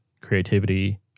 creativity